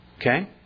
Okay